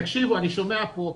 תקשיבו, אני שומע פה,